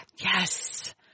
Yes